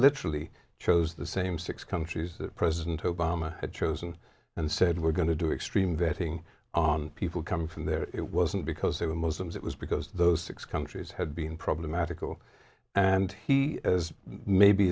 literally chose the same six countries that president obama had chosen and said we're going to do extreme vetting on people come from there it wasn't because they were muslims it was because those six countries had been problematical and he as maybe